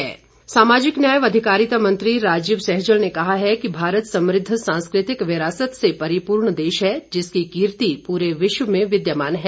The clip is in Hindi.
राजीव सैजल सामाजिक न्याय व अधिकारिता मंत्री राजीव सैजल ने कहा है कि भारत समृद्ध सांस्कृतिक विरासत से परिपूर्ण देश है जिसकी कीर्ति पूरे विश्व में विद्यमान है